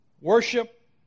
Worship